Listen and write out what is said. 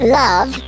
love